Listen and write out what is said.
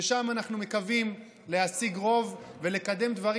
ששם אנחנו מקווים להשיג רוב ולקדם דברים